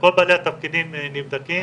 כל בעלי התפקידים נבדקים,